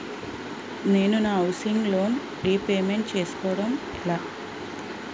నేను నా housing loan repayment చేసుకోవటం ఎలా?